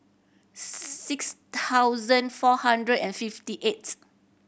six thousand four hundred and fifty eighth